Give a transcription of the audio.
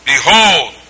Behold